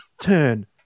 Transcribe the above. Turn